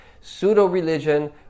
Pseudo-religion